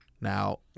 Now